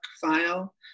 file